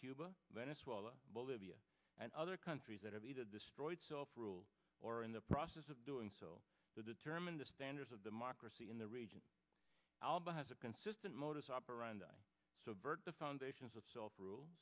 cuba venezuela bolivia and other countries that have either destroyed self rule or in the process of doing so to determine the standards of democracy in the region alba has a consistent modus operandi so burtt the foundations of self rule